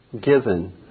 given